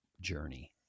journey